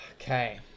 Okay